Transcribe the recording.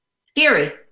scary